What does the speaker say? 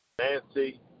nancy